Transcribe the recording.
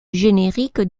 générique